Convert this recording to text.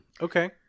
Okay